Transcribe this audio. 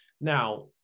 now